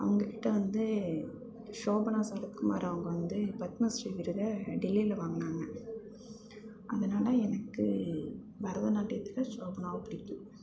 அவங்ககிட்ட வந்து ஷோபனா சரத்குமார் அவங்க வந்து பத்மஸ்ரீ விருதை டெல்லியில் வாங்கினாங்க அதனால எனக்கு பரதநாட்டியத்தில் ஷோபனாவை பிடிக்கும்